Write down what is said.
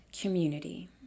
community